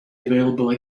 available